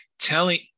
telling